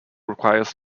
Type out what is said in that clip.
requires